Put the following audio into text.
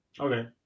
Okay